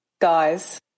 Guys